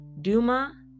Duma